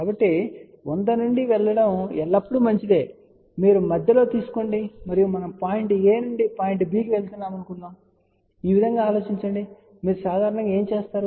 కాబట్టి 100 నుండి వెళ్లడం ఎల్లప్పుడూ మంచిది మీరు మధ్యలో తీసుకోండి మరియు మనం పాయింట్ a నుండి పాయింట్ b వరకు వెళ్లాలనుకుంటున్నాము ఈ విధంగా ఆలోచించండి మీరు సాధారణంగా ఏమి చేస్తారు